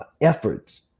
efforts